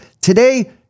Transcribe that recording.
Today